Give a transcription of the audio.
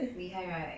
厉害 right